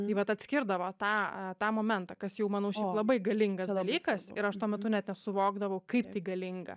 tai vat atskirdavo tą tą momentą kas jau manau labai galingas dalykas ir aš tuo metu net nesuvokdavau kaip tai galinga